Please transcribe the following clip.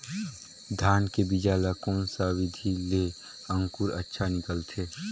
धान के बीजा ला कोन सा विधि ले अंकुर अच्छा निकलथे?